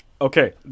Okay